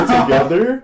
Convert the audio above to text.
together